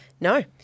No